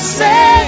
say